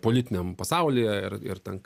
politiniam pasaulyje ir ir ten